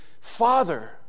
Father